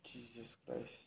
this is early